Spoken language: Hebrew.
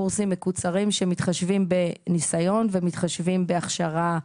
קורסים מקוצרים שמתחשבים בניסיון ומתחשבים בהכשרה